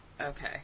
Okay